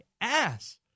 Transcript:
ass